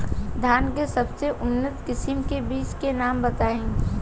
धान के सबसे उन्नत किस्म के बिज के नाम बताई?